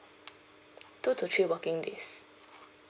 two to three working days